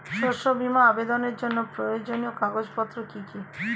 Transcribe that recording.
শস্য বীমা আবেদনের জন্য প্রয়োজনীয় কাগজপত্র কি কি?